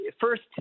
First